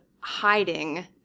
hiding